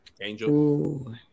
Angel